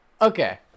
Okay